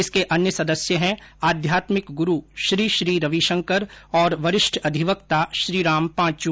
इसके अन्य सदस्य हैं आध्यात्मिक ग़रू श्री श्री रवि शंकर तथा वरिष्ठ अधिवक्ता श्रीराम पांचु